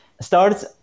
starts